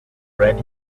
ready